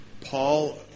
Paul